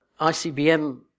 ICBM